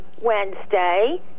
Wednesday